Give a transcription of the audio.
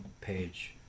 page